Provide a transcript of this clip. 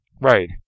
right